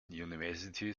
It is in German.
university